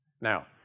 Now